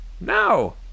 No